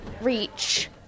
reach